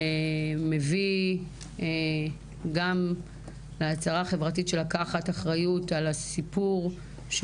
שמביא הצהרה חברתית של לקיחת אחריות על מניעה,